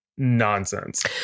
Nonsense